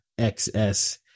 XS